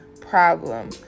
problem